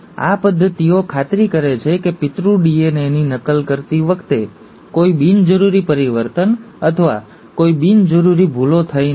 આ પદ્ધતિઓ ખાતરી કરે છે કે પિતૃ ડીએનએની નકલ કરતી વખતે કોઈ બિનજરૂરી પરિવર્તન અથવા કોઈ બિનજરૂરી ભૂલો થઈ નથી